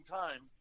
time